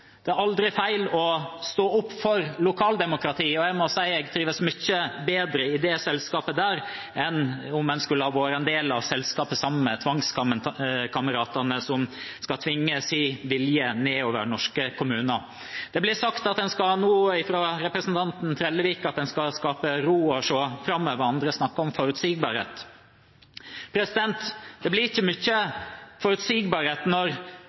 det er aldri feil å reversere feil politikk, det er aldri feil å stå opp for lokaldemokratiet, og jeg må si jeg trives mye bedre i det selskapet enn å være en del av selskapet med «tvangskameratene», som skal tvinge sin vilje ned over norske kommuner. Det ble sagt fra representanten Trellevik at en nå skal skape ro og se framover. Andre snakker om forutsigbarhet. Det blir ikke mye forutsigbarhet når